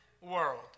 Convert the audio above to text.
world